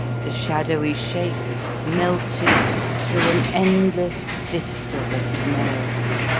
the shadowy shape melted through an endless vista of to-morrows.